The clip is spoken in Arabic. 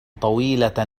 طويلة